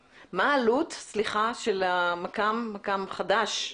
לא תיקון אלא מכ"ם חדש.